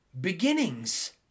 Beginnings